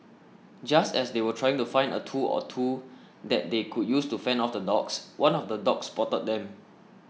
just as they were trying to find a tool or two that they could use to fend off the dogs one of the dogs spotted them